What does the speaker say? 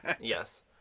Yes